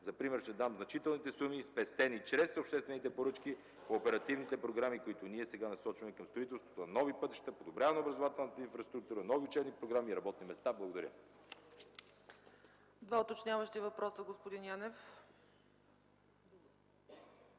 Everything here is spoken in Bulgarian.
За пример ще дам значителните суми, спестени чрез обществените поръчки по оперативните програми, които ние сега насочваме към строителството на нови пътища, подобряване образователната инфраструктура, нови четири програми и работни места. Благодаря. ПРЕДСЕДАТЕЛ ЦЕЦКА ЦАЧЕВА: Два уточняващи въпроса, господин Янев.